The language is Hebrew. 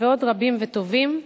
ועוד רבים וטובים.